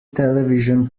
television